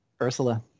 Ursula